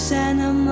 Santa